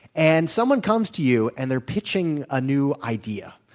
and someone comes to you and they're pitching a new idea.